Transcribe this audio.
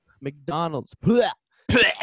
McDonald's